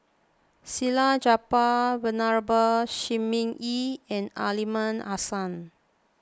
Salleh Japar Venerable Shi Ming Yi and Aliman Hassan